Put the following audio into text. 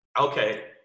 Okay